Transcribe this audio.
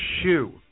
shoe